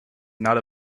not